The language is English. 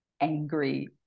angry